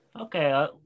Okay